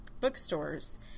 bookstores